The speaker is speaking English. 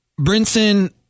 Brinson